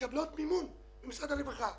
מקבלות מימון ממשרד הרווחה.